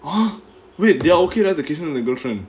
!huh! wait they are okay like the keyshen and the girlfriend